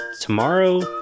tomorrow